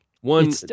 one